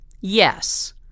Yes